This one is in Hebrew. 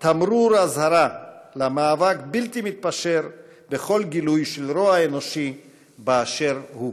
תמרור אזהרה למאבק בלתי מתפשר בכל גילוי של רוע אנושי באשר הוא.